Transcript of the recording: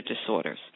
disorders